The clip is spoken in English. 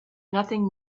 nothing